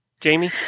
Jamie